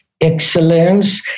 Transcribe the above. excellence